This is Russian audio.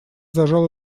зажал